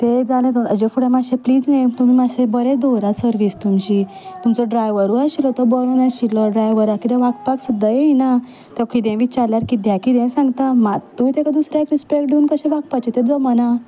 तें जालें हेजे फुडें मातशें प्लीज मी मातशें बरें दवरा सरवीस तुमची तुमचो ड्रायव्हरूय आशिल्लो तो बरो नाशिल्लो ड्रायव्हराक किदें वागपाक सुद्दां येयना तो किदेंय विचारल्यार किद्या किदेंय सांगता मात्तूय ताका दुसऱ्याक रिस्पेक्ट दिवन कशें वागपाचें तें जमना